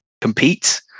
compete